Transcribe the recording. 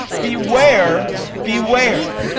beware, beware,